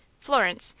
florence.